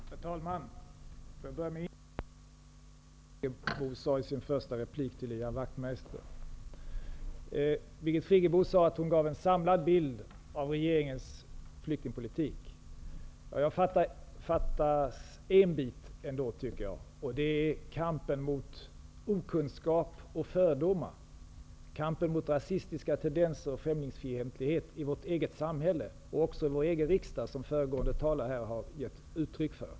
Herr talman! Jag börjar med att instämma i vad Birgit Friggebo sade i sin första replik till Ian Wachtmeister. Birgit Friggebo sade att hon gav en samlad bild av regeringens flyktingpolitik. En bit fattas ändå, tycker jag, och det är då fråga om kampen mot okunskap och fördomar, kampen mot rasistiska tendenser och främlingsfientlighet i vårt eget samhälle men också i vår egen riksdag, som föregående talare här har gett uttryck för.